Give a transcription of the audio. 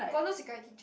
got no security check